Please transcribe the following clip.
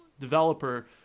developer